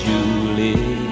Julie